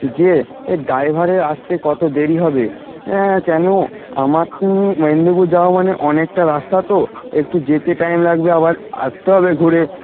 যে এই ডাইভারের আসতে কত দেরি হবে অ্যাঁ কেনোও আমার মেদিনীপুর যাওয়া মানে অনেকটা রাস্তা তো একটু যেতে টাইম লাগবে আবার আসতে হবে ঘুরে